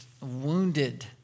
wounded